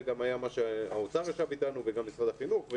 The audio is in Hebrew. זה גם מה היה עת האוצר ומשרד החינוך ישבו אתנו,